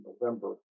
November